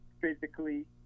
physically